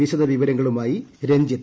വിശദവിവരങ്ങളുമായി രഞ്ജിത്ത്